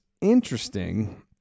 interesting